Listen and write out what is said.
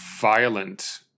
violent